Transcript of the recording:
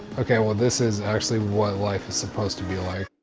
okay, well this is actually what life is supposed to be like.